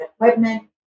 equipment